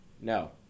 No